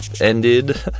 ended